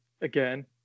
again